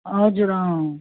हजुर अँ